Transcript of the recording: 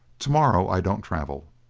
tomorrow i don't travel.